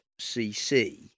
cc